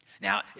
Now